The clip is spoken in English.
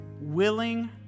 willing